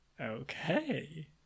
okay